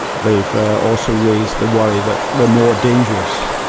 they've also raised the worry that they're more dangerous.